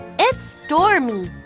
it's stormy.